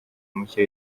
mushya